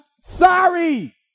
sorry